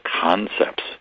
concepts